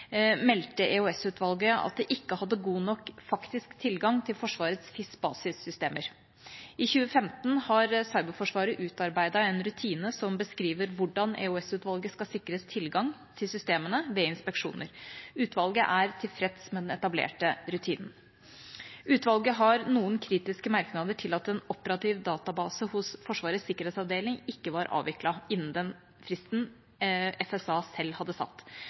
meldte EOS-utvalget at det ikke hadde god nok faktisk tilgang til Forsvarets FISBasis-systemer. I 2015 har cyberforsvaret utarbeidet en rutine som beskriver hvordan EOS-utvalget skal sikres tilgang til systemene ved inspeksjoner. Utvalget er tilfreds med den etablerte rutinen. Utvalget har noen kritiske merknader til at en operativ database hos Forsvarets sikkerhetsavdeling ikke var avviklet innen den fristen FSA selv hadde satt.